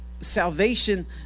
Salvation